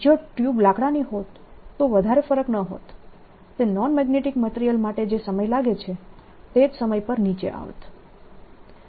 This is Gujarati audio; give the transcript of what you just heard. જો ટ્યુબ લાકડાની હોત તો વધારે ફરક ન હોત તે નોન મેગ્નેટીક મટીરીયલ માટે જે સમય લાગે છે તે જ સમય પર નીચે આવત